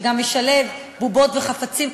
שגם משלב בובות וחפצים,